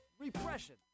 repression